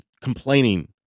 complaining